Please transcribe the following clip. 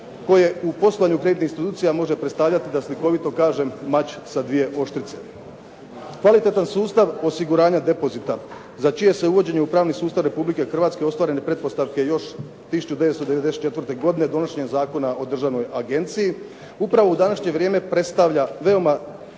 koje u poslovanju kreditnih institucija može predstavljati da slikovito kažem mač sa dvije oštrice. Kvalitetan sustav osiguranja depozita za čije se uvođenje u pravni sustav Republike Hrvatske ostvarene pretpostavke još 1994. godine donošenjem Zakona o državnoj agenciji upravo u današnje vrijeme predstavlja veoma